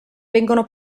vengono